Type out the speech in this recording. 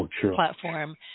platform